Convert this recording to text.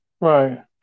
Right